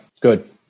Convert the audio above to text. good